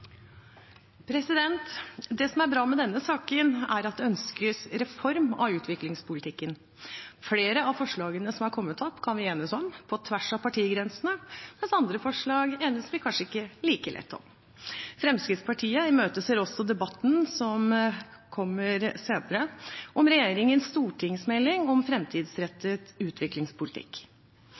som er bra med denne saken, er at det ønskes reform av utviklingspolitikken. Flere av forslagene som er kommet, kan vi enes om på tvers av partigrensene, mens andre forslag enes vi kanskje ikke like lett om. Fremskrittspartiet imøteser også debatten som kommer senere, om regjeringens stortingsmelding om framtidsrettet utviklingspolitikk,